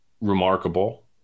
remarkable